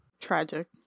tragic